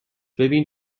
ببین